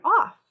off